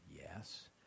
yes